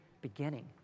beginning